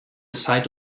sight